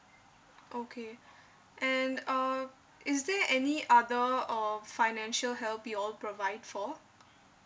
okay and um is there any other uh financial help you all provide for